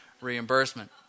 reimbursement